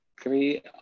Three